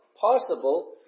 possible